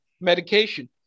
medication